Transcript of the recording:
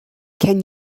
can